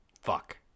fuck